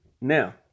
Now